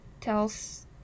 tells